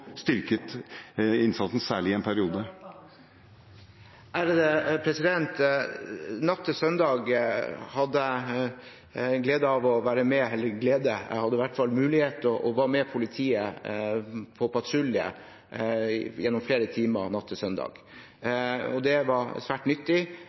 styrket innsatsen særlig i en periode. Natt til søndag hadde jeg gleden av – eller glede, jeg hadde i hvert fall mulighet til – å være med politiet på patrulje gjennom flere timer.